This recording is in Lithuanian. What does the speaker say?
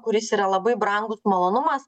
kuris yra labai brangus malonumas